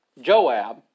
Joab